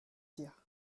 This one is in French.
dire